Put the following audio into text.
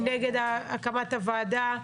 מי נגד הקמת הוועדה?